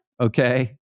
Okay